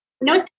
no